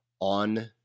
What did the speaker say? on